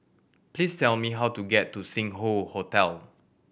please tell me how to get to Sing Hoe Hotel